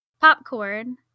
popcorn